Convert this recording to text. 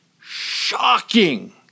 shocking